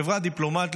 חברת דיפלומט,